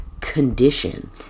condition